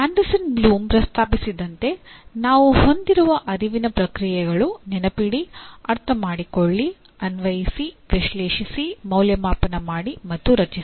Anderson Bloom ಪ್ರಸ್ತಾಪಿಸಿದಂತೆ ನಾವು ಹೊಂದಿರುವ ಅರಿವಿನ ಪ್ರಕ್ರಿಯೆಗಳು ನೆನಪಿಡಿ ಅರ್ಥಮಾಡಿಕೊಳ್ಳಿ ಅನ್ವಯಿಸಿ ವಿಶ್ಲೇಷಿಸಿ ಮೌಲ್ಯಮಾಪನ ಮಾಡಿ ಮತ್ತು ರಚಿಸಿ